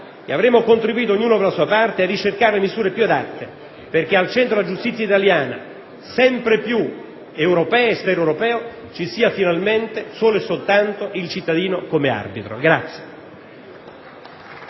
e avremo contribuito, ognuno per la sua parte, a ricercare le misure più adatte, perché al centro della giustizia italiana, sempre più europea, ci sia finalmente solo e soltanto il cittadino come arbitro.